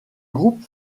groupes